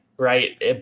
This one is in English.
Right